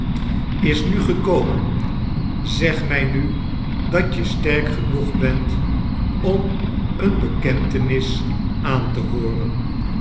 is nu charles dickens gekomen zeg mij nu dat je stark genoeg bent am eene bekenteinisi aan te hooiran